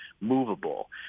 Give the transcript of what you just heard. movable